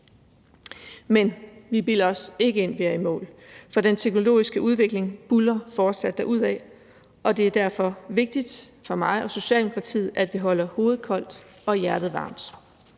Men vi bilder os ikke ind, vi er i mål, for den teknologiske udvikling buldrer fortsat derudad, og det er derfor vigtigt for mig og Socialdemokratiet, at vi holder hovedet koldt og hjertet varmt.